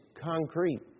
concrete